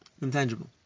intangible